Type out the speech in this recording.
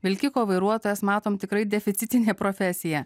vilkiko vairuotojas matom tikrai deficitinė profesija